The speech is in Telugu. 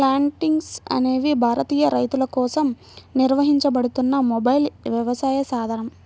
ప్లాంటిక్స్ అనేది భారతీయ రైతులకోసం నిర్వహించబడుతున్న మొబైల్ వ్యవసాయ సాధనం